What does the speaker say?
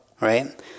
right